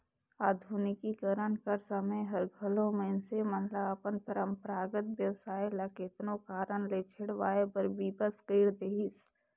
आधुनिकीकरन कर समें हर घलो मइनसे मन ल अपन परंपरागत बेवसाय ल केतनो कारन ले छोंड़वाए बर बिबस कइर देहिस